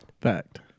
Fact